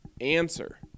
answer